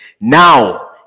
Now